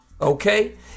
Okay